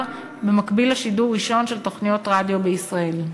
במקביל לשידור ראשון של תוכניות רדיו בישראל.